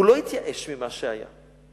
הוא לא התייאש ממה שהיה.